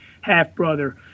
half-brother